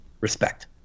Respect